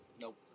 Nope